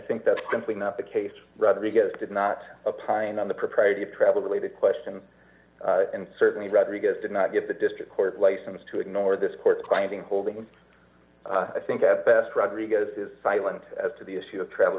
think that's simply not the case rodriguez did not apply in on the propriety of travel related question and certainly rodriguez did not get the district court license to ignore this court's finding holdings i think at best rodriguez is silent as to the issue of travel